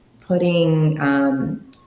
putting